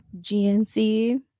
GNC